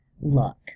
luck